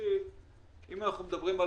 מדברים על